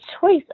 choice